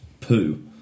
poo